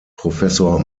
professor